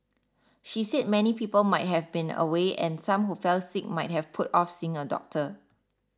she said many people might have been away and some who fell sick might have put off seeing a doctor